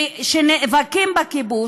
שנאבקים בכיבוש?